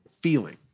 feeling